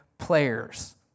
players